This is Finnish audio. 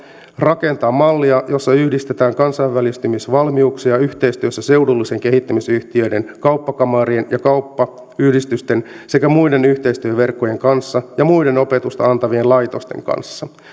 rakentaa mallia jossa yhdistetään kansainvälistymisvalmiuksia yhteistyössä seudullisten kehittämisyhtiöiden kauppakamarien ja kauppayhdistysten sekä muiden yhteistyöverkkojen kanssa ja muiden opetusta antavien laitosten kanssa